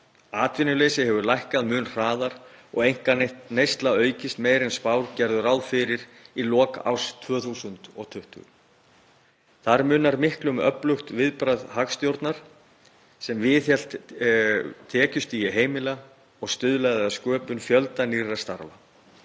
Atvinnuleysi hefur lækkað mun hraðar og einkaneysla aukist meira en spár gerðu ráð fyrir í lok árs 2020. Þar munar miklu um öflugt viðbragð hagstjórnar sem viðhélt tekjustigi heimila og stuðlaði að sköpun fjölda nýrra starfa.